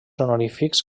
honorífics